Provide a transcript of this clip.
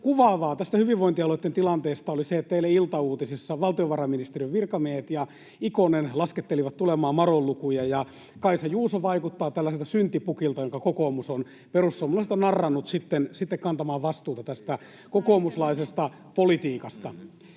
Kuvaavaa tästä hyvinvointialueitten tilanteesta oli, että eilen iltauutisissa valtiovarainministeriön virkamiehet ja Ikonen laskettelivat tulemaan madonlukuja, ja Kaisa Juuso vaikuttaa tällaiselta syntipukilta, jonka kokoomus on perussuomalaisista narrannut sitten kantamaan vastuuta tästä kokoomuslaisesta politiikasta.